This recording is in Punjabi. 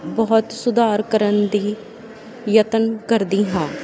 ਬਹੁਤ ਸੁਧਾਰ ਕਰਨ ਦੀ ਯਤਨ ਕਰਦੀ ਹਾਂ